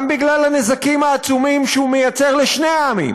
גם בגלל הנזקים העצומים שהוא מייצר לשני העמים,